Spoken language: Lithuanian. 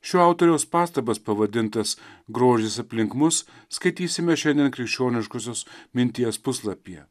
šio autoriaus pastabas pavadintas grožis aplink mus skaitysime šiandien krikščioniškosios minties puslapyje